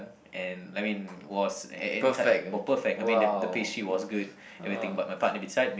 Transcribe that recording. and I mean was and and were perfect I mean the the pastry was good everything but my partner beside me